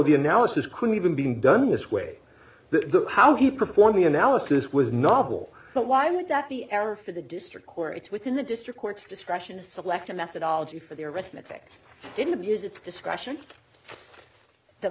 the analysis could even being done this way the how he performed the analysis was novel but why would that be error for the district court it's within the district courts discretion to select a methodology for the arithmetic didn't abuse its discretion the